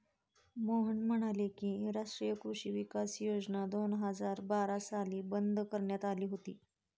मोहन म्हणाले की, राष्ट्रीय कृषी विकास योजना दोन हजार बारा साली बंद करण्यात आली होती